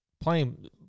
playing